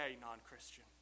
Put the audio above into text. non-christian